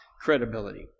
credibility